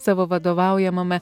savo vadovaujamame